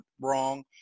wrong